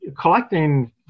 collecting